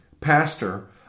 pastor